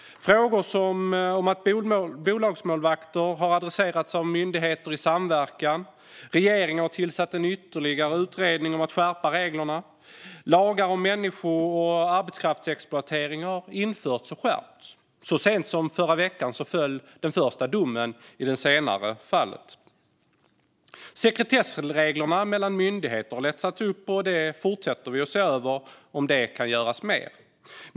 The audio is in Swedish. Frågor om bolagsmålvakter har adresserats av myndigheter i samverkan. Regeringen har tillsatt en ytterligare utredning för att skärpa reglerna. Lagar om människo och arbetskraftsexploatering har införts och skärpts. Så sent som i förra veckan föll den första domen gällande det senare fallet. Sekretessreglerna mellan myndigheter har lättats upp. Och vi fortsätter att se över om det kan göras mer.